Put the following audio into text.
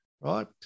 right